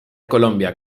colombia